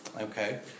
Okay